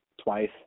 twice